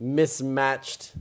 mismatched